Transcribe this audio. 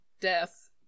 death